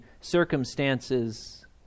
circumstances